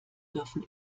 dürfen